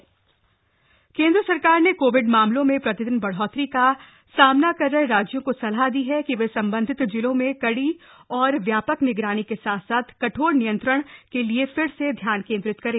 Covid सलाह केंद्र सरकार ने कोविड मामलों में प्रतिदिन बढ़ोतरी का सामना कर रहे राज्यों को सलाह दी है कि वह संबंधित जिलों में कड़ी और व्यापक निगरानी के साथ साथ कठोर नियंत्रण के लिए फिर से ध्यान केन्द्रित करें